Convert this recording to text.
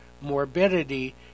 morbidity